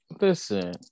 Listen